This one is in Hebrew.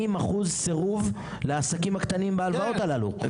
40% סירוב לעסקים הקטנים בהלוואות הללו.